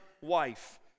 wife